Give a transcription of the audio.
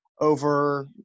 over